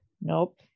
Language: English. Nope